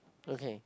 okay